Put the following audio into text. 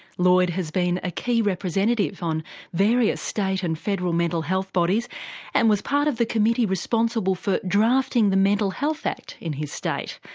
lloyd has been a key representative on various state and federal mental health bodies and was part of the committee responsible for drafting the mental health act in his state.